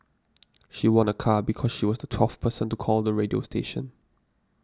she won a car because she was the twelfth person to call the radio station